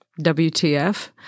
WTF